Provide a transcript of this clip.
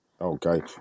Okay